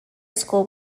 school